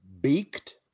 beaked